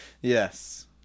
Yes